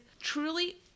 truly